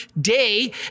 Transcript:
day